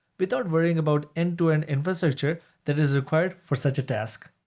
without worrying about end to end infrastructure that is required for such a task.